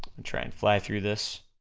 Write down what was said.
and try and fly through this,